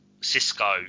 cisco